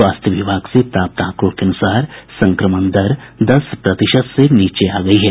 स्वास्थ्य विभाग से प्राप्त आंकड़ों के अनुसार संक्रमण दर दस प्रतिशत से नीचे आ गयी है